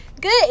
good